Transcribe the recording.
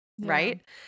right